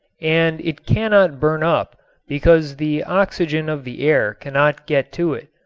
and it cannot burn up because the oxygen of the air cannot get to it.